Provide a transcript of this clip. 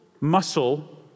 muscle